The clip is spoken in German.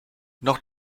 noch